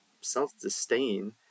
self-disdain